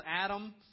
Adam